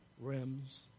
rims